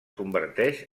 converteix